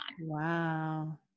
Wow